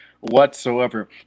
whatsoever